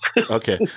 Okay